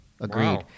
Agreed